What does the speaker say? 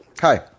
Hi